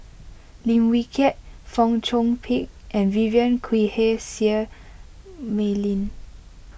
Lim Wee Kiak Fong Chong Pik and Vivien Quahe Seah Mei Lin